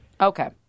Okay